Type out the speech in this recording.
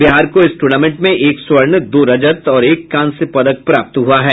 बिहार को इस टूर्नामेंट में एक स्वर्ण दो रजत और एक कांस्य पदक प्राप्त हुआ है